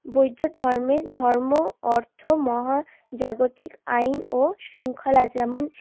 বৌদ্ধ ধর্মের ধর্ম অর্থ মহাজাগতিক আইন ও শৃঙ্খলা যেমন